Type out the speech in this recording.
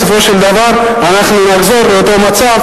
בסופו של דבר אנחנו נחזור לאותו מצב